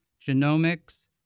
genomics